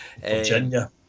Virginia